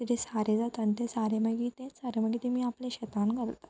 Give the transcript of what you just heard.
तेजें सारें जाता आनी तें सारें मागीर तें सारें मागीर तेमी आपले शेतान घालतात